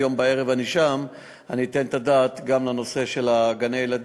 הערב אהיה שם ואני אתן את הדעת גם לנושא של גני-הילדים,